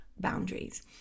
Boundaries